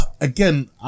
Again